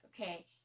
okay